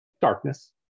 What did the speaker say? Darkness